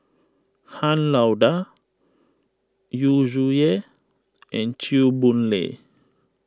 Han Lao Da Yu Zhuye and Chew Boon Lay